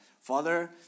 father